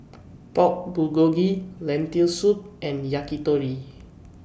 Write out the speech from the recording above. Pork Bulgogi Lentil Soup and Yakitori